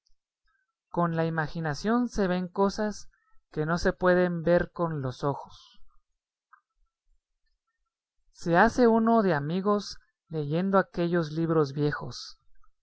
con la imaginación se ven cosas que no se pueden ver con los ojos se hace uno de amigos leyendo aquellos libros viejos